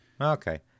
Okay